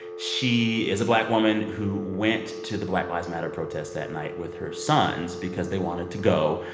she is a black woman who went to the black lives matter protest that night with her sons because they wanted to go.